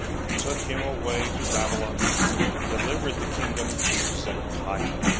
and took him away to babylon and delivered the kingdom to zedekiah.